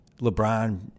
LeBron